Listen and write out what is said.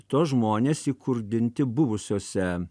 tuos žmones įkurdinti buvusiose